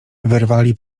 wyrwali